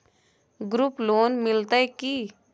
Group loan मिलतै की?